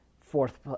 fourth